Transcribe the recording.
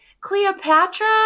cleopatra